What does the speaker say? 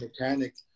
mechanic